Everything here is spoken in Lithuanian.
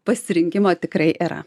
pasirinkimo tikrai yra